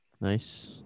Nice